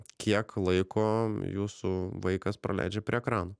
kiek laiko jūsų vaikas praleidžia prie ekranų